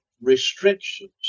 restrictions